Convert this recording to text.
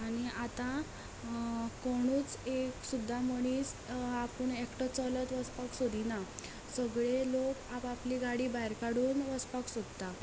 आनी आतां कोणूच एक सुद्दां मनीस आपूण एकटो चलत वसपाक सोदिना सगले लोक आपापली गाडी भायर काडून वसपाक सोदता